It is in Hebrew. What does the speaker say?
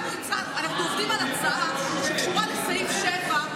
אנחנו עובדים על הצעה שקשורה לסעיף 7,